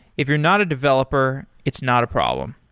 if you're not a developer, it's not a problem.